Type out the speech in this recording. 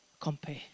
compare